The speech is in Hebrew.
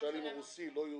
למשל אם הוא רוסי לא יהודי,